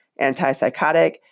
antipsychotic